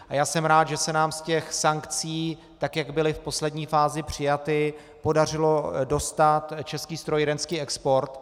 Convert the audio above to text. A já jsem rád, že se nám z těch sankcí, tak jak byly v poslední fázi přijaty, podařilo dostat český strojírenský export.